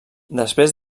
després